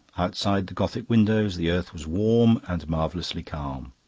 outside the gothic windows the earth was warm and marvellously calm.